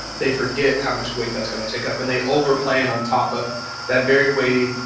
they forget how much weight that's going to take up, and they overplan on top of that very weighty,